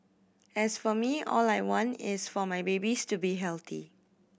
as for me all I want is for my babies to be healthy